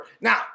Now